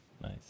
Nice